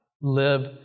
live